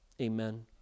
amen